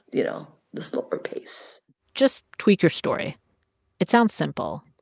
you know, the slower pace just tweak your story it sounds simple.